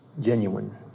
genuine